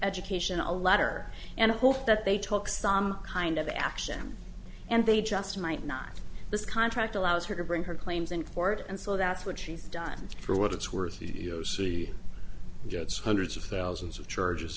education a letter and i hope that they took some kind of action and they just might not this contract allows her to bring her claims and court and so that's what she's done for what it's worth either city gets hundreds of thousands of charges